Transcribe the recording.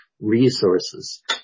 resources